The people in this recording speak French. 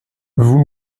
vous